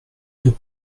deux